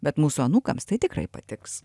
bet mūsų anūkams tai tikrai patiks